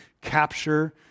capture